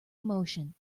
emotion